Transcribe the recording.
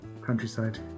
countryside